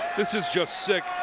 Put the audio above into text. this is just sick.